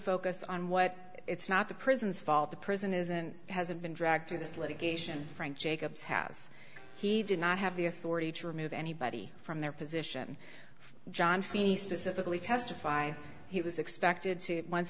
focus on what it's not the prisons fault the prison isn't hasn't been dragged through this litigation frank jacobs has he did not have the authority to remove anybody from their position john feeney specifically testify he was expected to once